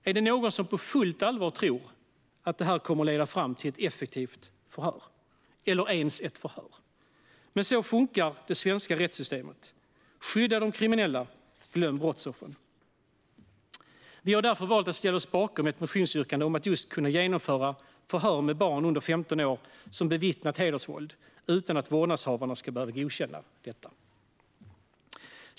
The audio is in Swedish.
Är det någon som på fullt allvar tror att det kommer att leda fram till ett effektivt förhör eller ens ett förhör? Men så funkar det svenska rättssystemet, skydda de kriminella och glöm brottsoffren. Vi har därför valt att ställa sig bakom ett motionsyrkande om att just kunna genomföra förhör med barn under 15 år som bevittnat hedersvåld utan att vårdnadshavarna ska behöva godkänna detta.